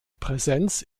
präsenz